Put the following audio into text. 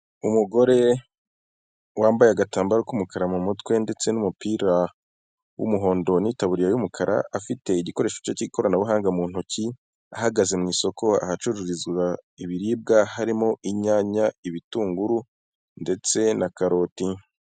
Umugore wambaye agatambaro k'umukara mu mutwe, ndetse n'umupira w'umuhondo, n'itaburiya y'umukara, afite igikoresho cye cy'ikoranabuhanga mu ntoki, ahagaze mu isoko, ahacururizwa ibiribwa, harimo inyanya, ibitunguru, ndetse na karoti.